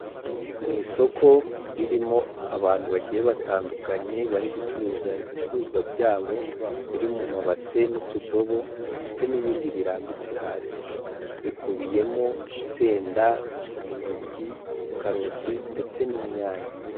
Mu isoko ririmo abantu bagiye batandukanye, bari gucuruza ibicuruzwa byabo, biri mu mabase n'utudobo, ndetse n'ibindi birambitse hasi. Bikubiyemo insenda, intoryi, karoti ndetse n'inyanya.